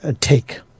take